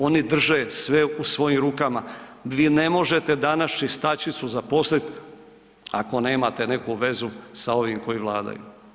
Oni drže sve u svojim rukama, vi ne možete danas čistačicu zaposliti ako nemate neku vezu sa ovim koji vladaju.